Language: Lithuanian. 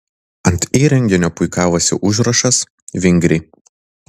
ant įrenginio puikavosi užrašas vingriai